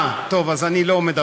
אה, טוב, אז אני לא מדבר.